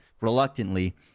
reluctantly